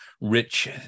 Rich